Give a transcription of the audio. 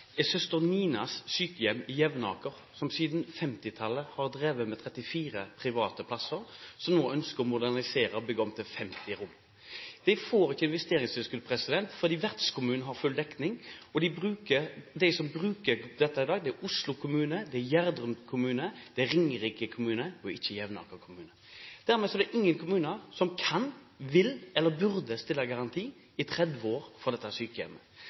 er Søster Ninas sykehjem i Jevnaker, som siden 1950-tallet har drevet 34 private plasser, og som nå ønsker å modernisere og bygge om til 50 rom. De får ikke investeringstilskudd, fordi vertskommunen har full dekning. De som bruker dette, er Oslo kommune, Gjerdrum kommune, Ringerike kommune og ikke Jevnaker kommune. Dermed er det ingen kommuner som kan, vil eller burde stille garanti i 30 år for dette sykehjemmet.